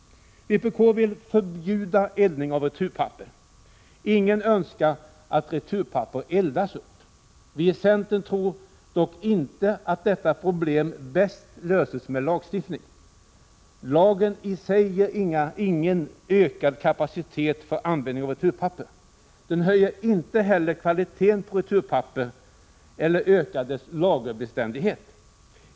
Vpk vill förbjuda eldning av returpapper. Ingen önskar att returpapper eldas upp. Vi i centern tror dock inte att detta problem bäst löses med lagstiftning. Lagen i sig ger ingen ökad kapacitet för användning av returpapper. Den höjer inte heller kvaliteten på returpapper eller ökar dess lagerbeständighet.